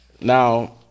Now